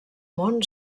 món